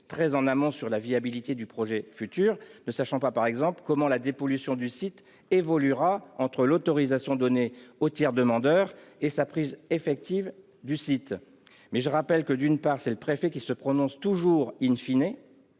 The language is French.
très en amont sur la viabilité du projet futur, ne sachant pas, par exemple, comment la pollution du site évoluera entre l'autorisation donnée au tiers demandeur et sa prise en charge effective du site. Mais je rappelle que c'est le préfet qui se prononce, et